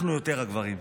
אנחנו הגברים יותר,